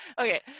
okay